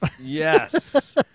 Yes